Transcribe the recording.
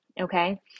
Okay